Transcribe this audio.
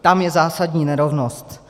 Tam je zásadní nerovnost.